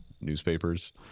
newspapers